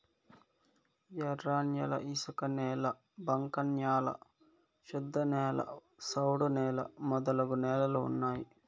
ఎర్రన్యాల ఇసుకనేల బంక న్యాల శుద్ధనేల సౌడు నేల మొదలగు నేలలు ఉన్నాయి